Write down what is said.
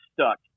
Stuck